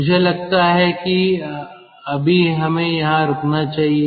मुझे लगता है कि अब हमें यहां रुकना चाहिए